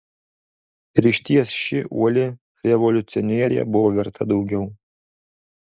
ir išties ši uoli revoliucionierė buvo verta daugiau